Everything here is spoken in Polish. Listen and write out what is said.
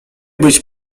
być